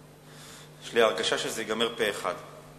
יש לי הרגשה שזה ייגמר פה-אחד.